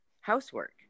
housework